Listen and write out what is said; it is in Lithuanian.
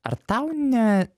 ar tau ne